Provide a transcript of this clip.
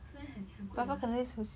是 meh 很很贵 ah